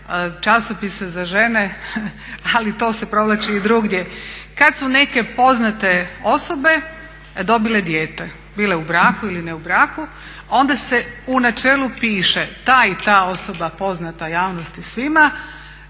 časopise za žene ali to se provlači i drugdje, kad su neke poznate osobe dobile dijete, bile u braku ili ne u braku, onda se u načelu piše ta i ta osoba poznata javnosti i svima